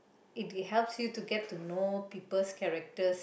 if it helps you to get to know people characters